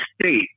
state